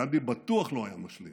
גנדי בטוח לא היה משלים